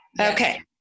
Okay